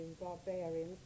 Barbarians